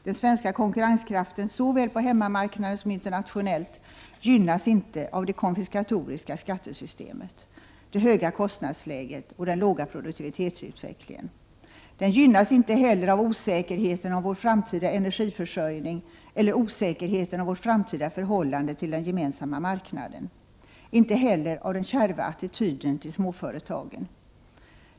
Den svenska konkurrenskraften såväl på hemmamarknaden som internationellt gynnas inte av det konfiskatoriska skattesystemet, det höga kostnadsläget och den låga produktivitetsutvecklingen. Den gynnas inte heller av osäkerheten om vår framtida energiförsörjning eller osäkerheten om vårt framtida förhållande till den gemensamma marknaden, inte heller av den kärva attityden till småföretagen.